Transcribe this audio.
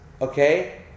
okay